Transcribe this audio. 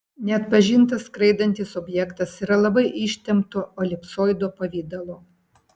neatpažintas skraidantis objektas yra labai ištempto elipsoido pavidalo